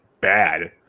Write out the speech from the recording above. bad